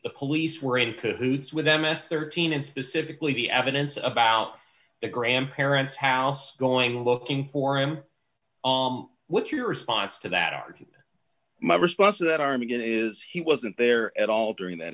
the police were in cahoots with m s thirteen and specifically the evidence about the grandparents house going looking for him what's your response to that my response to that arm again is he wasn't there at all during that